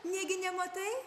negi nematai